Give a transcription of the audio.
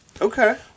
Okay